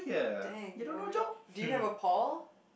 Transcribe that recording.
dang boy do you have a Paul